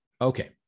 Okay